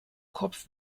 kopf